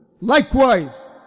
Likewise